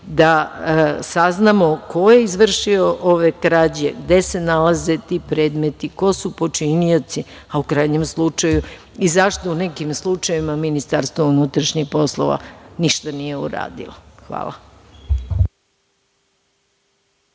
da saznamo ko je izvršio ove krađe, gde se nalaze ti predmeti, ko su počinioci, a u krajnjem slučaju, i zašto u nekim slučajevima MUP ništa nije uradilo. Hvala.